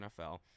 NFL